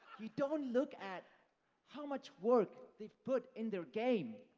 we don't look at how much work they've put in their game.